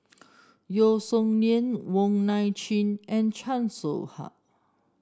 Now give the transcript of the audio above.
Yeo Song Nian Wong Nai Chin and Chan Soh Ha